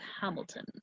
Hamilton